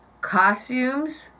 Costumes